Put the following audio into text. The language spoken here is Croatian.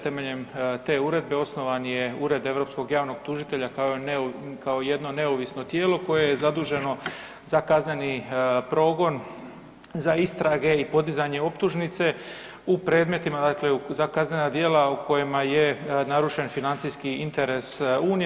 Temeljem te Uredbe, osnovan je Ured europskog javnog tužitelja, kao jedno neovisno tijelo, koje je zaduženo za kazneni progon, za istrage i podizanje optužnice u predmetima dakle, za kaznena djela u kojima je narušen financijski interes Unije.